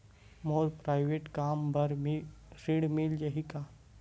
मोर private कम बर ऋण मिल जाही का?